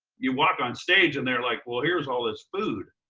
you walk on stage, and they're like, well, here's all this food.